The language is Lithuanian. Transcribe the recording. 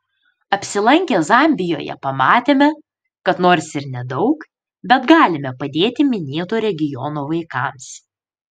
apsilankę zambijoje pamatėme kad nors ir nedaug bet galime padėti minėto regiono vaikams